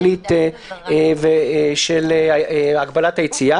יבוא: "(1)קבלת טיפול רפואי,